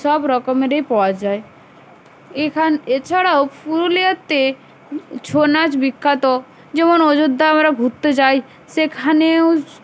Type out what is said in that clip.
সব রকমেরই পাওয়া যায় এখান এছাড়াও পুরুলিয়াতে ছৌ নাচ বিখ্যাত যেমন অযোধ্যা আমরা ঘুরতে যাই সেখানেও